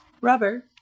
rubber